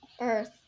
Earth